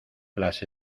las